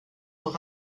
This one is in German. doch